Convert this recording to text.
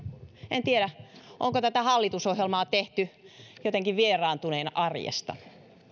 en tiedä onko tätä hallitusohjelmaa tehty jotenkin vieraantuneina arjesta